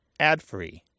adfree